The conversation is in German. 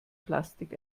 plastik